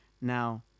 Now